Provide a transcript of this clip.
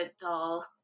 tall